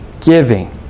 giving